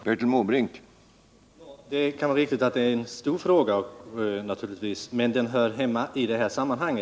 Herr talman! Det är riktigt att det är en stor fråga, men den hör hemma i detta sammanhang.